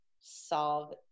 solve